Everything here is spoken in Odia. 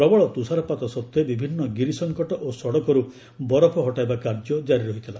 ପ୍ରବଳ ତୁଷାରପାତ ସତ୍ତ୍ୱେ ବିଭିନ୍ନ ଗିରି ସଂକଟ ଓ ସଡ଼କରୁ ବରଫ ହଟାଇବା କାର୍ଯ୍ୟ ଜାରି ରହିଥିଲା